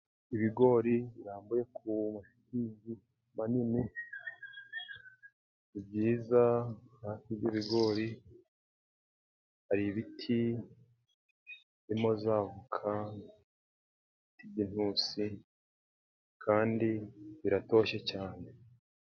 Ibigori birambuye ku mashitingi manini ni byiza. Hafi y'ibigori hari ibiti birimo: za voka, ibiti iby'intusi kandi biratoshye cyane.